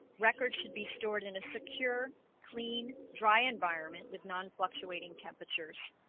records should be stored in a secure clean dry environment with non fluctuating temperatures